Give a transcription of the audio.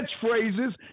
catchphrases